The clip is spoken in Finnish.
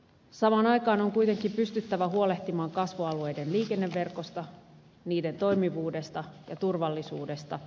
samaan aikaan on kuitenkin pystyttävä huolehtimaan kasvualueiden liikenneverkosta sen toimivuudesta ja turvallisuudesta